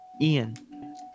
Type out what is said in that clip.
Ian